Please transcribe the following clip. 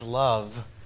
love